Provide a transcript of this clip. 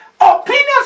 Opinions